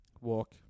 walk